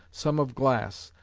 some of glass,